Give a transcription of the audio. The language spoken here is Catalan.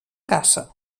caça